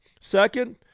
Second